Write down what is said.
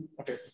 Okay